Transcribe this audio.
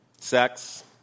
sex